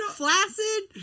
flaccid